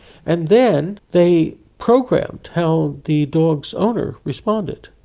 and then they programed how the dog's owner responded.